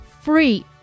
free